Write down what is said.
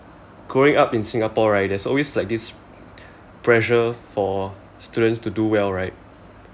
growing up in singapore right there's always like this pressure for students to do well right